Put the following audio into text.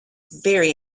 very